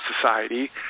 society